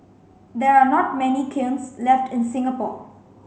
there are not many kilns left in Singapore